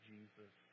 Jesus